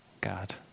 God